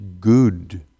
good